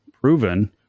proven